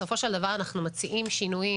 בסופו של דבר אנחנו מציעים שינויים